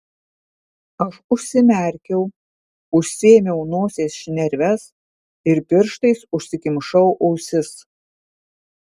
aš užsimerkiau užsiėmiau nosies šnerves ir pirštais užsikimšau ausis